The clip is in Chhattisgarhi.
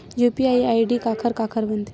यू.पी.आई आई.डी काखर काखर बनथे?